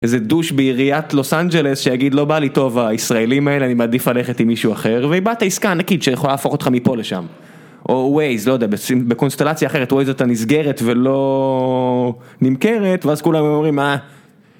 איזה דוש בעיריית לוס אנג'לס שיגיד לא בא לי טוב הישראלים האלה אני מעדיף ללכת עם מישהו אחר ואיבדת עסקה ענקית שיכולה להפוך אותך מפה לשם או ווייז לא יודע בקונסטלציה אחרת ווייז אתה נסגרת ולא נמכרת ואז כולם אומרים מה